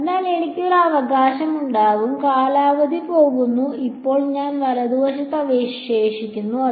അതിനാൽ എനിക്ക് ഒരു അവകാശം ഉണ്ടാകും കാലാവധി പോകുന്നു ഇപ്പോൾ ഞാൻ വലതുവശത്ത് അവശേഷിക്കുന്നു